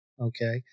okay